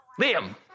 Liam